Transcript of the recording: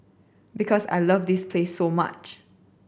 because I love this place so much